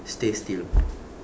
stay still